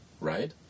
right